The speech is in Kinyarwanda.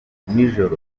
nijoro